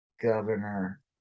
governor